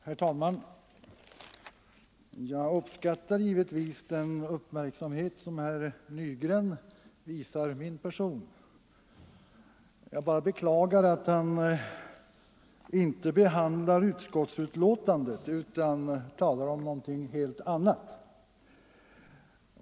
Herr talman! Givetvis uppskattar jag den uppmärksamhet som herr Nygren visade min person. Jag beklagar bara att herr Nygren inte behandlade utskottets betänkande utan talade om något helt annat.